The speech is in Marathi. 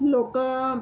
लोकं